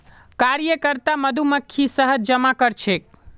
कार्यकर्ता मधुमक्खी शहद जमा करछेक